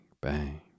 bang